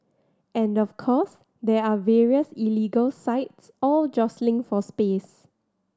and of course there are various illegal sites all jostling for space